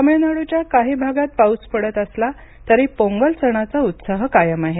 तामिळनाडूच्या काही भागात पाऊस पडत असला तरी पोंगल सणाचा उत्साह कायम आहे